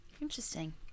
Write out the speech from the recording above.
Interesting